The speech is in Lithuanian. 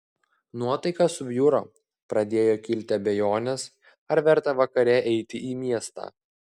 nuotaika subjuro pradėjo kilti abejonės ar verta vakare eiti į miestą